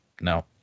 no